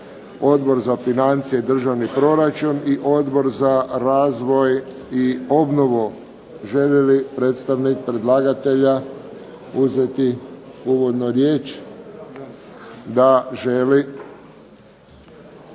Odbor za financije i državni proračun i Odbor za razvoj i obnovu. Želi li predstavnik predlagatelja uzeti uvodno riječ? Da, želi.